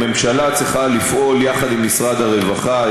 הממשלה צריכה לפעול יחד עם משרד הרווחה,